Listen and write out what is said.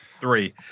three